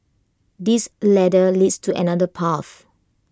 this ladder leads to another path